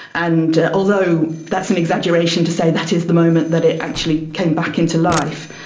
and although that's an exaggeration to say that is the moment that it actually came back into life,